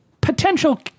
potential